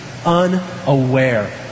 Unaware